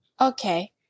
Okay